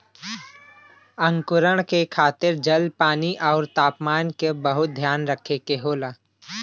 अंकुरण के खातिर जल, पानी आउर तापमान क बहुत ध्यान रखे के होला